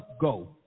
go